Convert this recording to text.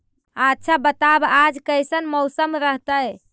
आच्छा बताब आज कैसन मौसम रहतैय?